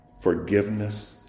forgiveness